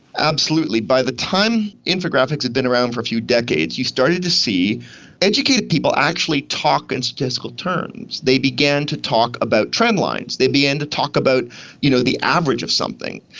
absolutely, by the time infographics had been around for a few decades you started to see educated people actually talk in statistical terms. they began to talk about trend lines, they began to talk about you know the average of something.